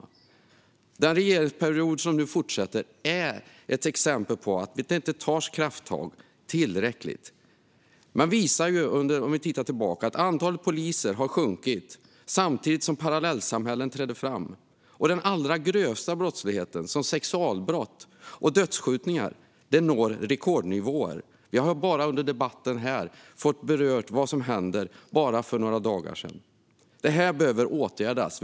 Innevarande regeringsperiod är ett exempel på att det inte tas tillräckliga krafttag. Antalet poliser sjunker samtidigt som parallellsamhällen träder fram, och den allra grövsta brottsligheten, som sexualbrott och dödsskjutningar, når rekordnivåer. Under dagens debatt har vi hört vad som hände för bara några dagar sedan. Detta behöver åtgärdas.